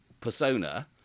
persona